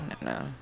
no